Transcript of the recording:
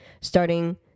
starting